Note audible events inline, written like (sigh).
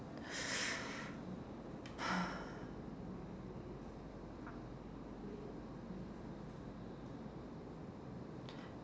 (breath)